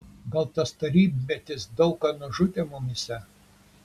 gal tas tarybmetis daug ką nužudė mumyse